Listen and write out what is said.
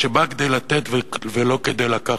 שבאנו לתת ולא כדי לקחת.